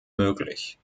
möglich